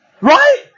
Right